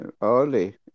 early